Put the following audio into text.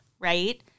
right